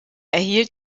erhielt